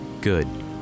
good